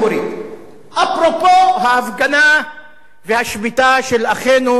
אפרופו ההפגנה והשביתה של אחינו הדרוזים